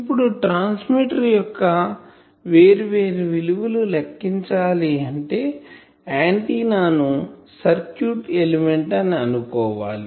ఇప్పుడు ట్రాన్స్మిటర్ యొక్క వేర్వేరు విలువలు లెక్కించాలి అంటే ఆంటిన్నా ను సర్క్యూట్ ఎలిమెంట్ అని అనుకోవాలి